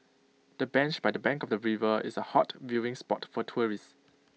the bench by the bank of the river is A hot viewing spot for tourists